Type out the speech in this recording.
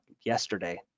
yesterday